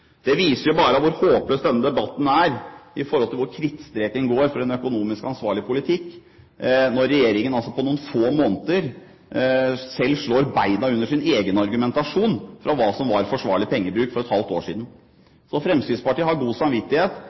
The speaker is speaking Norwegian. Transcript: Det viser bare hvor håpløs debatten om hvor krittstreken går for en økonomisk ansvarlig politikk er, når regjeringen altså på noen få måneder selv slår beina under sin egen argumentasjon for hva som var forsvarlig pengebruk for et halvt år siden. Så Fremskrittspartiet har god samvittighet